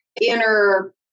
inner